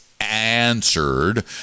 answered